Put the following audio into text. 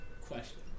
Question